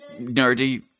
nerdy